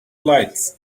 lights